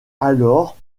alors